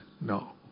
No